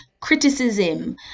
criticism